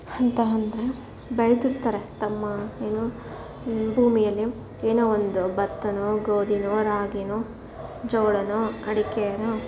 ಅಂತ ಅಂದ್ರೆ ಬೆಳೆದಿರ್ತಾರೆ ತಮ್ಮ ಏನು ಭೂಮಿಯಲ್ಲಿ ಏನೋ ಒಂದು ಭತ್ತನೋ ಗೋಧಿನೋ ರಾಗಿನೋ ಜೋಳನೋ ಅಡಿಕೇನೋ